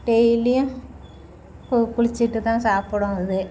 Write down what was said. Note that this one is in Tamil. டெய்லியும் கோ குளிச்சுட்டு தான் சாப்பிடும் அது